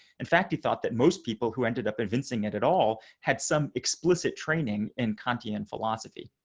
in fact, he thought that most people who ended up convincing it at all. had some explicit training and content and philosophy.